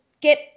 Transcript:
get